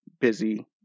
busy